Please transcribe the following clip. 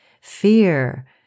fear